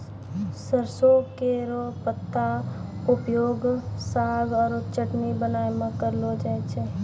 सरसों के पत्ता रो उपयोग साग आरो चटनी बनाय मॅ करलो जाय छै